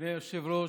אדוני היושב-ראש,